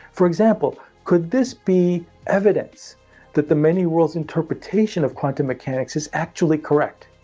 for example, could this be evidence that the many worlds interpretation of quantum mechanics is actually correct?